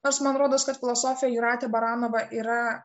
nors man rodos kad filosofė jūratė baranova yra